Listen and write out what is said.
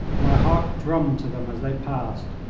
my heart drummed to them as they passed.